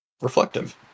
reflective